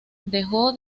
dejó